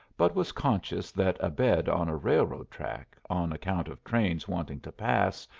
but was conscious that a bed on a railroad track, on account of trains wanting to pass,